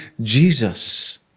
Jesus